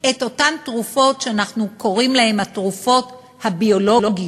את אותן תרופות שאנחנו קוראים להן התרופות הביולוגיות,